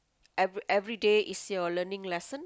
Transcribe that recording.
every~ everyday is your learning lesson